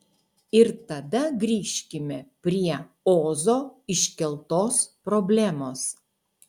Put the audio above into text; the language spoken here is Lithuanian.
ir tada grįžkime prie ozo iškeltos problemos